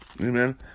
Amen